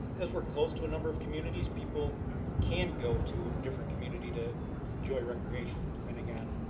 as we're close to a number of communities, people can go to a different community to enjoy recreation and again,